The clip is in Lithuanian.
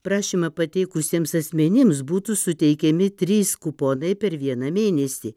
prašymą pateikusiems asmenims būtų suteikiami trys kuponai per vieną mėnesį